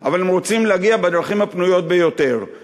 אבל הם רוצים להגיע בדרכים הפנויות ביותר.